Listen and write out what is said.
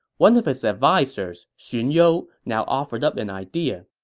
one of his advisers, xun you, now offered up an idea.